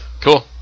Cool